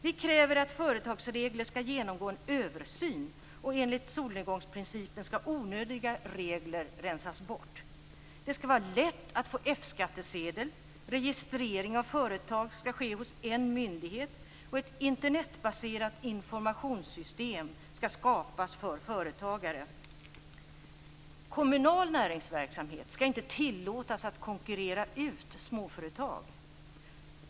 Vi kräver att företagsregler skall genomgå en översyn. Enligt "solnedgångsprincipen" skall onödiga regler rensas bort. Det skall vara lätt att få F-skattsedel. Registrering av företag skall ske hos en myndighet, och ett Internetbaserat informationssystem skall skapas för företagare. Kommunal näringsverksamhet skall inte tillåtas konkurrera ut småföretag.